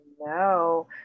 No